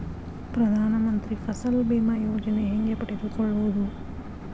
ಪ್ರಧಾನ ಮಂತ್ರಿ ಫಸಲ್ ಭೇಮಾ ಯೋಜನೆ ಹೆಂಗೆ ಪಡೆದುಕೊಳ್ಳುವುದು?